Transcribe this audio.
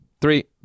Three